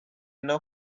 não